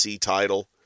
title